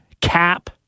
Cap